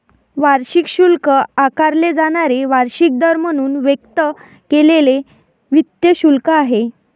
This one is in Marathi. वार्षिक शुल्क आकारले जाणारे वार्षिक दर म्हणून व्यक्त केलेले वित्त शुल्क आहे